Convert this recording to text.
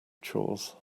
chores